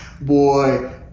Boy